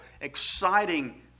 exciting